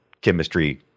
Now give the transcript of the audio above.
chemistry